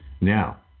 Now